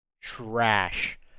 trash